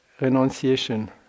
renunciation